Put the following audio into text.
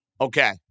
Okay